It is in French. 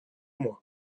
moi